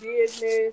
business